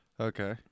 Okay